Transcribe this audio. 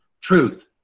truth